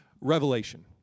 Revelation